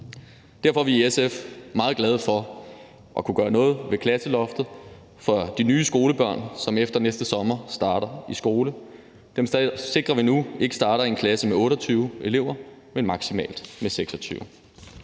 Derfor er vi i SF meget glade for at kunne gøre noget ved klasseloftet for de nye skolebørn, som efter næste sommer starter i skole. For dem sikrer vi nu, at de ikke starter i en klasse med 28 elever, men maksimalt med 26